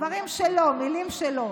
דברים שלו, מילים שלו.